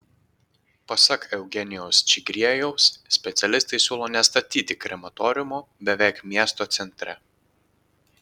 pasak eugenijaus čigriejaus specialistai siūlo nestatyti krematoriumo beveik miesto centre